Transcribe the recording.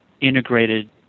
integrated